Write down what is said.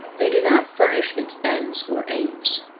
they do not furnish its ends or aims.